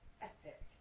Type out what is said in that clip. epic